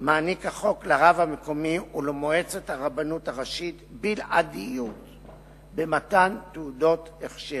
מעניק החוק לרב המקומי ולמועצת הרבנות הראשית בלעדיות במתן תעודות הכשר